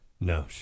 No